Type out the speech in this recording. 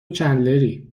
چندلری